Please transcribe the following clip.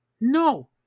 No